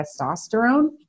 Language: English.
testosterone